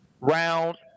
round